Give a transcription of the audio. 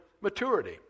maturity